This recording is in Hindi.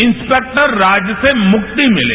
इंस्पैक्टर राज से मुक्ति मिले